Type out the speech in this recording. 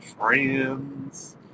friends